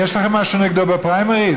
יש לכם משהו נגדו בפריימריז?